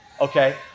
okay